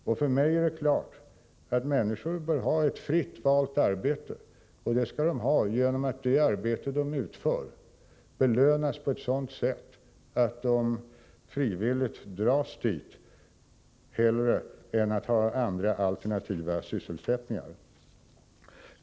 Och för mig är det klart att människor bör ha ett fritt valt arbete, och det skall de ha genom att det arbete de utför belönas på ett sådant sätt att de frivilligt dras dit, hellre än att ha alternativa sysselsättningar.